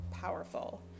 powerful